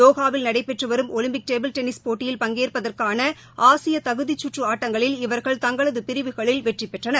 தோஹாவில் நடைபெற்று வரும் ஒலிம்பிக் டேபிள் டென்னிஸ் போட்டியில் பங்கேற்பதற்காள ஆசிய தகுதிச் சுற்று ஆட்டங்களில் இவர்கள் தங்களது பிரிவுகளில் வெற்றி பெற்றனர்